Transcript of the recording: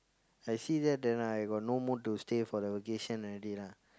I see there then I got no mood to stay for the vacation already lah